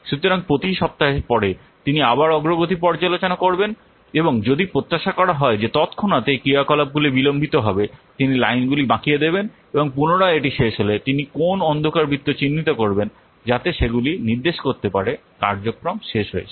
সুতরাং প্রতি সপ্তাহের পরে তিনি আবার অগ্রগতি পর্যালোচনা করবেন এবং যদি প্রত্যাশা করা হয় যে তত্ক্ষণাত্ এই ক্রিয়াকলাপগুলি বিলম্বিত হবে তিনি লাইনগুলি বাঁকিয়ে দেবেন এবং পুনরায় এটি শেষ হলে তিনি কোন অন্ধকার বৃত্ত চিহ্নিত করবেন যাতে সেগুলি নির্দেশ করতে পারে কার্যক্রম শেষ হয়েছে